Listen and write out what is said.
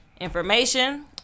information